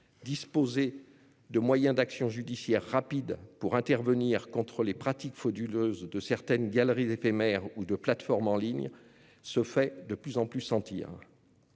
besoin de moyens d'actions judiciaires rapides pour intervenir contre les pratiques frauduleuses de certaines galeries éphémères ou de plateformes en ligne se fait de plus en plus sentir.